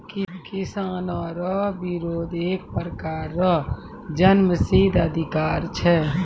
किसानो रो बिरोध एक प्रकार रो जन्मसिद्ध अधिकार छै